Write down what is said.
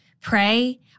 pray